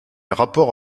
rapport